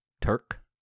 Turk